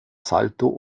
salto